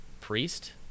priest